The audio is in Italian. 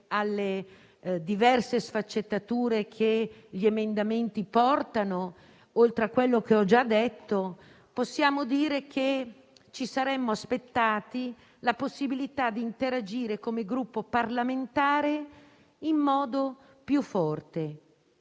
alle diverse sfaccettature che gli emendamenti portano e a quello che ho già detto? Possiamo dire che ci saremmo aspettati la possibilità di interagire, come Gruppo parlamentare, in modo più forte.